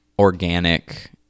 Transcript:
organic